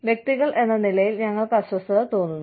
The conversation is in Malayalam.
വ്യക്തികൾ എന്ന നിലയിൽ ഞങ്ങൾക്ക് അസ്വസ്ഥത തോന്നുന്നു